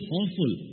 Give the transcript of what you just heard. awful